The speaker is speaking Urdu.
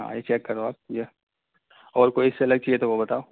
ہاں یہ چیک کرو آپ یہ اور کوئی اس سے الگ چاہیے تو وہ بتاؤ